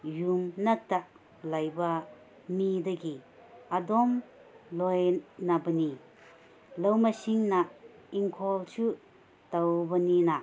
ꯌꯨꯝ ꯉꯥꯛꯇ ꯂꯩꯕ ꯃꯤꯗꯒꯤ ꯑꯗꯨꯝ ꯂꯣꯏꯅꯕꯅꯤ ꯂꯧꯃꯤꯁꯤꯡꯅ ꯏꯪꯈꯣꯜꯁꯨ ꯇꯧꯕꯅꯤꯅ